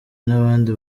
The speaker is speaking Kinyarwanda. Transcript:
nabandi